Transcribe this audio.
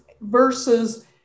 versus